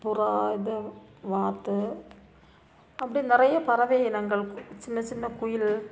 புறா இது வாத்து அப்படி நிறையா பறவை இனங்கள் சின்ன சின்ன குயில்